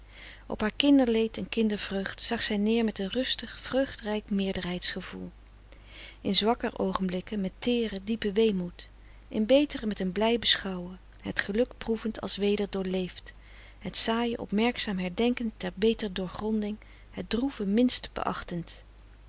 op haar kinderleed en kindervreugd zag zij neer met een rustig vreugdrijk meerderheidsgevoel in zwakker oogenblikken met teeren diepen weemoed in betere met een blij beschouwen het geluk proevend als weder doorleefd het saaie opmerkzaam herdenkend ter beter doorgronding het droeve minst beachtend